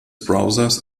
browsers